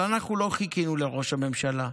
אבל אנחנו לא חיכינו לראש הממשלה.